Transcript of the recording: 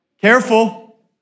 Careful